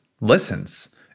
listens